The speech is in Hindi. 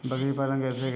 बकरी पालन कैसे करें?